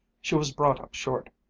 she was brought up short.